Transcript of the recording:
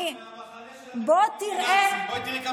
בואי תראי מהמחנה שלכם,